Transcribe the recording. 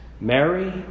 Mary